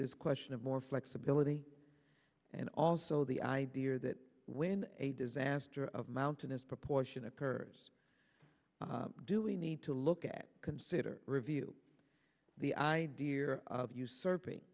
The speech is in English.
this question of more flexibility and also the idea that when a disaster of mountainous proportion occurs do we need to look at consider review the idea of usurping